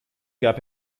gab